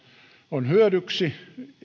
on hyödyksi